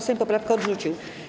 Sejm poprawkę odrzucił.